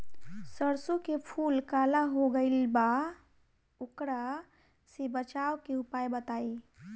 सरसों के फूल काला हो गएल बा वोकरा से बचाव के उपाय बताई?